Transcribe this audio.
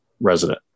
resident